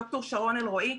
ד"ר שרון אלרואי,